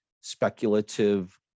speculative